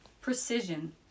precision